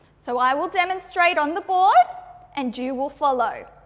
so, i will demonstrate on the board and you will follow.